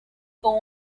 con